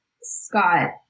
Scott